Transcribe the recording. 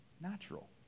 natural